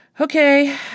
okay